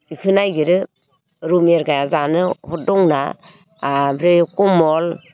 बिखौ नागिरो रौ मेरगाया जानो साद दंना ओमफ्राय खमल